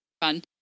fun